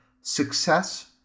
success